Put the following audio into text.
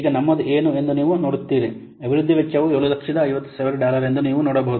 ಈಗ ನಮ್ಮದು ಏನು ಎಂದು ನೀವು ನೋಡುತ್ತೀರಿ ಅಭಿವೃದ್ಧಿ ವೆಚ್ಚವು 750000 ಡಾಲರ್ ಎಂದು ನೀವು ನೋಡಬಹುದು